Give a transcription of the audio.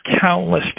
countless